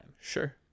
Sure